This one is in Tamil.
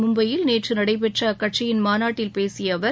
மும்பையில் நேற்று நடைபெற்ற அக்கட்சியின் மாநாட்டில் பேசிய அவர்